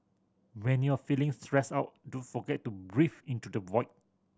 when you are feeling stressed out don't forget to breathe into the void